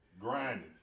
grinding